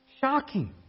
Shocking